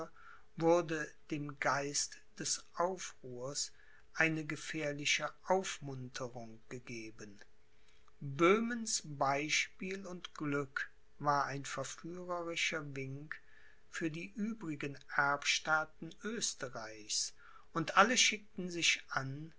wurde dem geist des aufruhrs eine gefährliche aufmunterung gegeben böhmens beispiel und glück war ein verführerischer wink für die übrigen erbstaaten oesterreichs und alle schickten sich an